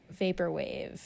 Vaporwave